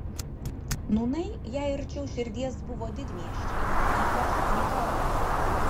nūnai jai arčiau širdies buvo didmiesčiai ypač niujorkas